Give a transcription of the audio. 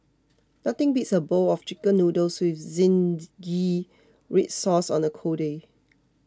nothing beats a bowl of Chicken Noodles with Zingy Red Sauce on a cold day